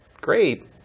great